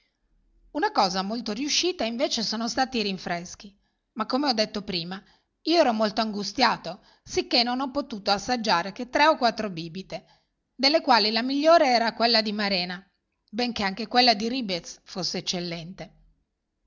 cosa molto riuscita invece sono stati i rinfreschi ma come ho detto prima io ero molto angustiato sicché non ho potuto assaggiare che tre o quattro bibite delle quali la migliore era quella di marena benché anche quella di ribes fosse eccellente